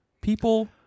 people